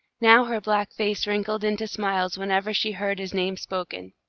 now her black face wrinkled into smiles whenever she heard his name spoken.